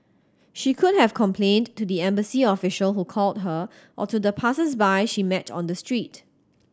she could have complained to the embassy official who called her or to the passersby she met on the street